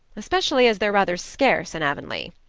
especially as they're rather scarce in avonlea.